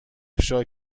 افشا